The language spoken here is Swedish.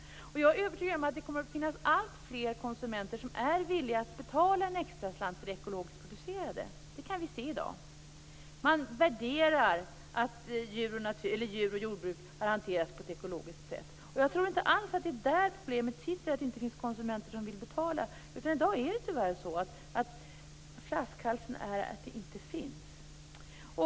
Jag är övertygad om att alltfler konsumenter kommer att vara villiga att betala en extraslant för det ekologiskt producerade. Det kan vi se redan i dag. Man värderar att djur och jordbruk har hanterats på ett ekologiskt sätt. Jag tror inte alls att problemet är att det inte finns konsumenter som vill betala. I dag är flaskhalsen, tyvärr, att det inte finns sådana här produkter.